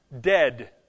dead